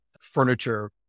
furniture